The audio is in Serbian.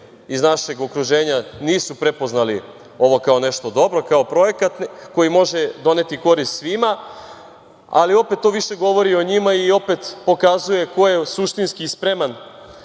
iz našeg okruženja nisu prepoznali ovo kao nešto dobro, kao projekat koji može doneti korist svima, ali opet to više govori o njima i opet pokazuje ko je suštinski spreman